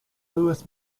louis